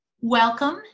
Welcome